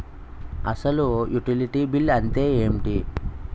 అసలు utility bill అంతే ఎంటి?